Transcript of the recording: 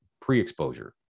pre-exposure